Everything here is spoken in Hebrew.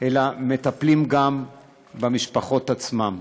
אלא מטפלים גם במשפחות עצמן.